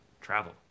travel